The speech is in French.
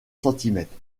centimètres